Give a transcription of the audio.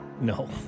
No